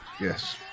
Yes